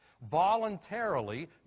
voluntarily